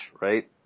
right